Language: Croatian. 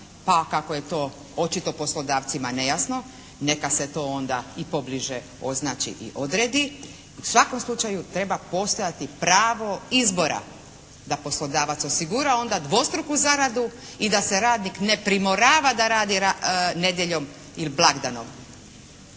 pa kako je to očito poslodavcima nejasno neka se to onda i pobliže označi i odredi, u svakom slučaju treba postojati pravo izbora da poslodavac osigura onda dvostruku zaradu i da se radnik ne primorava da radi nedjeljom ili blagdanom.